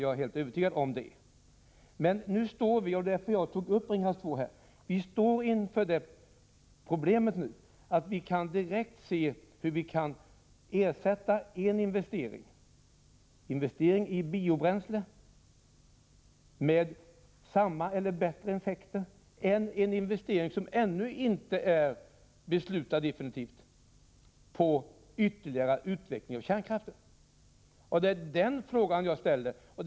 Jag är helt övertygad därom. Men nu står vi inför problemet — det är därför som jag tog upp frågan om Ringhals 2 — att vi direkt kan se hur en investering i biobränsle kan ersättas med samma, eller med bättre, effekt än en investering som ännu inte är definitivt beslutad och som innebär ytterligare utveckling av kärnkraften. Det är det som min fråga handlar om.